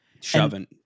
Shoving